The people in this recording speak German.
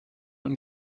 und